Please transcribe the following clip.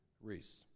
Reese